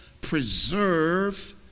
preserve